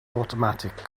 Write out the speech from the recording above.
automatic